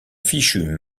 fichu